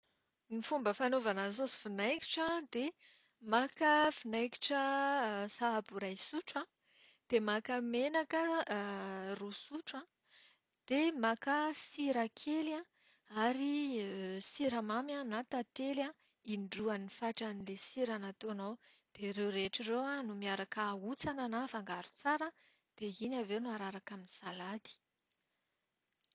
Ny fomba ny saosy vinaingitra dia maka vinaingitra sahabo ho iray sotro an, dia maka menaka roa sotro an, dia maka sira kely an, ary siramamy na tantely indroan'ny fatran'ilay sira nataonao. Dia ireo rehetra ireo no miaraka ahontsana na afangaro tsara an, dia iny avy eo no araraka amin'ny salady.